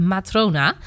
Matrona